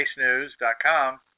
SpaceNews.com